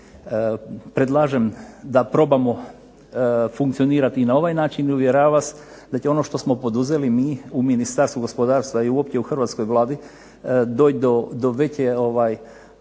Predlažem da probamo funkcionirati na ovaj način i uvjeravam vas da će ono što smo poduzeli mi u Ministarstvu gospodarstva i uopće u hrvatskoj Vladi doći do veće